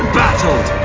battled